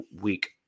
week